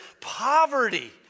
poverty